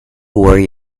worry